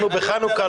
אנחנו בחנוכה,